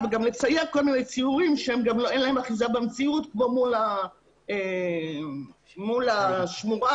לצייר כל מיני ציורים שאין להם אחיזה במציאות כמו להקים מול השמורה